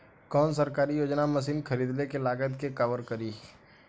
कौन सरकारी योजना मशीन खरीदले के लागत के कवर करीं?